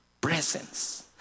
presence